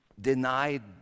denied